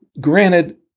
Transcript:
granted